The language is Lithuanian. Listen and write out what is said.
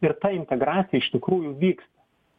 ir ta integracija iš tikrųjų vyksta